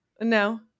no